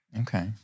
Okay